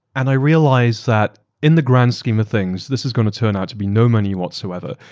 and i realized that in the grand scheme of things, this is going to turn out to be no money whatsoever.